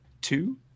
two